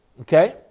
Okay